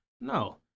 No